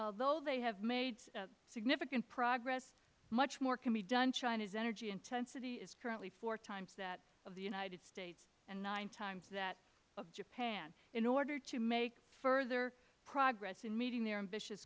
although they have made significant progress much more can be done china's energy intensity is currently four times that of the united states and nine times that of japan in order to make further progress in meeting their a